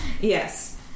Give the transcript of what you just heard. Yes